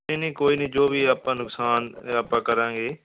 ਨਹੀਂ ਨਹੀਂ ਕੋਈ ਨਹੀਂ ਜੋ ਵੀ ਆਪਾਂ ਨੁਕਸਾਨ ਆਪਾਂ ਕਰਾਂਗੇ